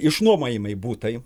išnuomojamai butai